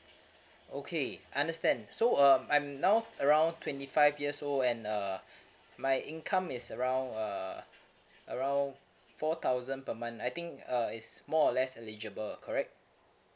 okay understand so um I'm now around twenty five years old and uh my income is around uh around four thousand per month I think uh is more or less eligible correct